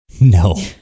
No